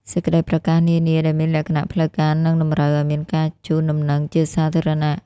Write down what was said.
សេចក្តីប្រកាសនានា ដែលមានលក្ខណៈផ្លូវការ និងតម្រូវឲ្យមានការជូនដំណឹងជាសាធារណៈ។